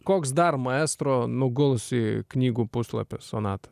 koks dar maestro nuguls į knygų puslapius sonata